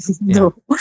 no